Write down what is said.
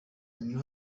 niho